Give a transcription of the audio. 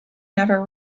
never